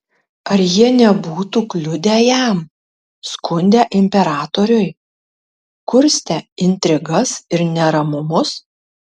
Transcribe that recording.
ar jie nebūtų kliudę jam skundę imperatoriui kurstę intrigas ir neramumus